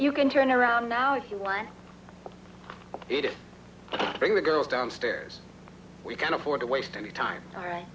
you can turn around now if you want it bring the girls downstairs we can't afford to waste any time all right